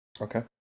okay